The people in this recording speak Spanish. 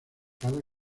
cada